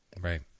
right